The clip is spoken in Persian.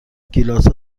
گیلاس